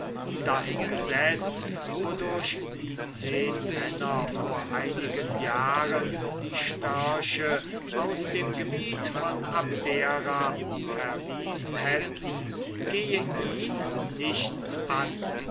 das gesetz wodurch die zehnmänner vor einigen jahren die störche aus dem gebiet von abdera verwiesen hätten gehe ihn nichts an